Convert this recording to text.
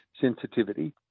sensitivity